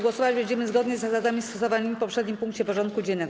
Głosować będziemy zgodnie z zasadami stosowanymi w poprzednim punkcie porządku dziennego.